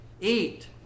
eat